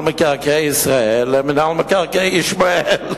מקרקעי ישראל" ל"מינהל מקרקעי ישמעאל"?